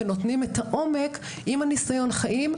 ונותנים את העומק עם ניסיון החיים,